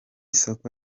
soko